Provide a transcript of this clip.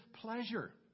pleasure